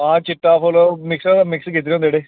आं चिट्टा फुल्ल मिक्स कीते दे न जेह्ड़े